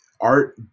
art